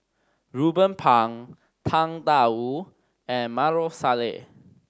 Ruben Pang Tang Da Wu and Maarof Salleh